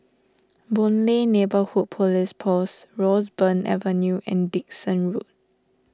Boon Lay Neighbourhood Police Post Roseburn Avenue and Dickson Road